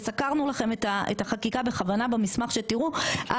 וסקרנו לכם את החקיקה בכוונה במסמך שתראו,